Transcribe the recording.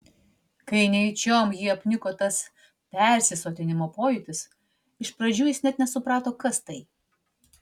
kai nejučiom jį apniko tas persisotinimo pojūtis iš pradžių jis net nesuprato kas tai